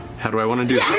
how do i want to do